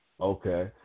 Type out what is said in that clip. Okay